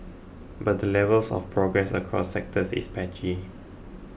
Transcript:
but the levels of progress across sectors is patchy